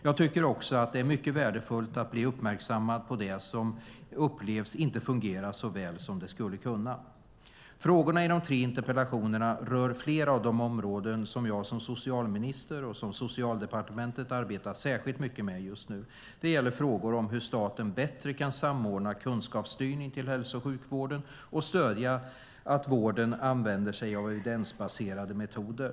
Jag tycker också att det är mycket värdefullt att bli uppmärksammad på det som upplevs inte fungera så väl som det skulle kunna. Frågorna i de tre interpellationerna rör flera av de områden som jag som socialminister och som Socialdepartementet arbetar särskilt mycket med just nu. De gäller frågor om hur staten bättre kan samordna kunskapsstyrning till hälso och sjukvården och stödja att vården använder sig av evidensbaserade metoder.